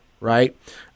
right